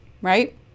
right